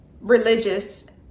religious